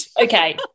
Okay